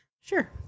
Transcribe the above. Sure